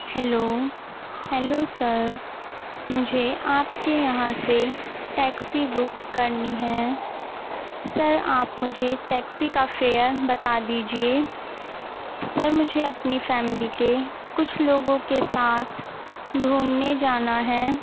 hello hello sir مجھے آپ کے یہاں سے ٹیکسی بک کرنی ہے سر آپ مجھے ٹیکسی کا فیئر بتا دیجیے سر مجھے اپنی فیملی کے کچھ لوگوں کے ساتھ گھومنے جانا ہے